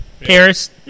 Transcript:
Paris